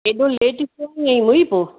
हेॾो लेट छो खणी आई मुई पोइ